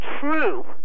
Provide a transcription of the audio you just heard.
true